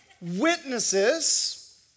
witnesses